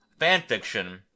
fanfiction